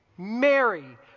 Mary